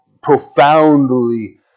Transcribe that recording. profoundly